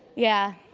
yeah,